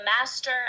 master